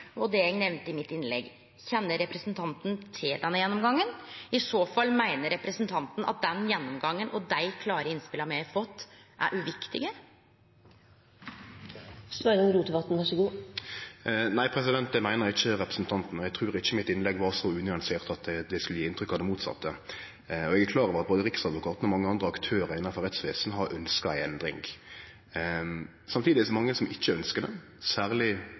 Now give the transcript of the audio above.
og det eg nemnde i mitt innlegg. Kjenner representanten Rotevatn til denne gjennomgangen? I så fall: Meiner representanten Rotevatn at den gjennomgangen og dei klare innspela me har fått, er uviktige? Nei, det meiner ikkje representanten Rotevatn, og eg trur ikkje mitt innlegg var så unyansert at det skulle gje inntrykk av det motsette. Eg er klar over at både Riksadvokaten og mange andre aktørar innanfor rettsvesenet har ønskt ei endring. Samtidig er det mange som ikkje ønskjer det, særleg